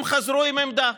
הם חזרו עם עמדה.